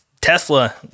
Tesla